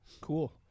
cool